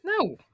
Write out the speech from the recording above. No